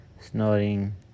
snoring